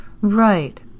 Right